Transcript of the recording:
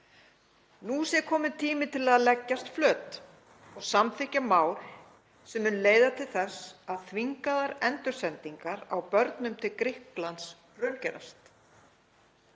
Nú sé kominn tími til að leggjast flöt og samþykkja mál sem mun leiða til þess að þvingaðar endursendingar á börnum til Grikklands raungerast,